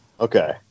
Okay